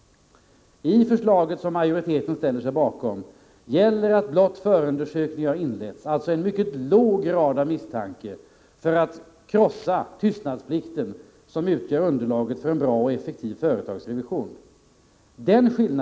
I förslaget, som majoriteten i utskottet har ställt sig bakom, gäller att blott förundersökning har inletts — alltså en mycket låg grad av misstanke — kan tystnadsplikten, som utgör underlaget för en bra och effektiv företagsrevision, krossas.